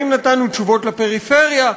האם נתנו תשובות לפריפריה?